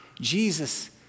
Jesus